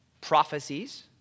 prophecies